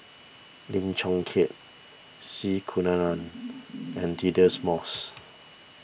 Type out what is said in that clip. Lim Chong Keat C Kunalan and Deirdre Moss